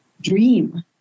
dream